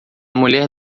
mulher